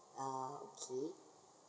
ah okay